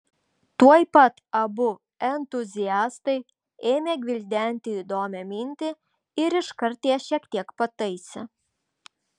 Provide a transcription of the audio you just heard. tuoj pat abu entuziastai ėmė gvildenti įdomią mintį ir iškart ją šiek tiek pataisė